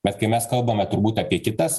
bet kai mes kalbame turbūt apie kitas